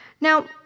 Now